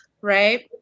right